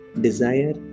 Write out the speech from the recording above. desire